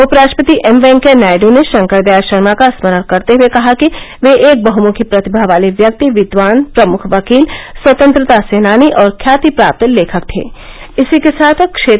उपराष्ट्रपति एम वेंकैया नायडू ने शंकर दयाल शर्मा का स्मरण करते हुए कहा कि वे एक बहुमुखी प्रतिभा वाले व्यक्ति विद्वान प्रमुख वकील स्वतंत्रता सेनानी और ख्याति प्राप्त लेखक थे